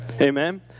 Amen